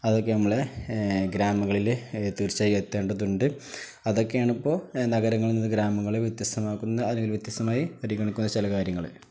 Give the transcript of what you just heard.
അതൊക്കെ നമ്മൾ ഗ്രാമങ്ങളിൽ തീർച്ചയായി എത്തേണ്ടതുണ്ട് അതൊക്കെയാണ് ഇപ്പോൾ നഗരങ്ങളിൽ നിന്ന് ഗ്രാമങ്ങളെ വ്യത്യസ്തമാക്കുന്ന അല്ലെങ്കിൽ വ്യത്യസ്തമായി പരിഗണിക്കുന്ന ചില കാര്യങ്ങൾ